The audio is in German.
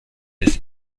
des